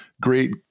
great